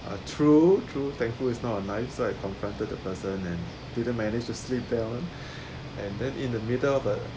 a true true thankful is not a knife so I confronted the person and didn't manage to sleep then on and then in the middle of a